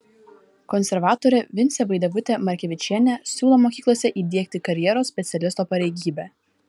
konservatorė vincė vaidevutė markevičienė siūlo mokyklose įdiegti karjeros specialisto pareigybę